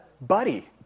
buddy